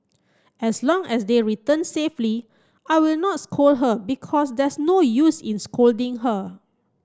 as long as their return safely I will not scold her because there's no use in scolding her